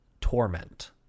torment